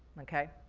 okay?